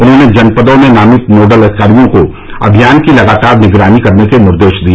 उन्होंने जनपदों में नामित नोडल अधिकारियों को अभियान की लगातार निगरानी करने के निर्देश दिए